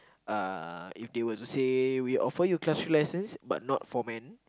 uh if they were to say we offer you class three license but not for men